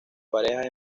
parejas